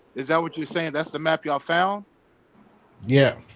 is that what you're saying that's the map y'all found yeah,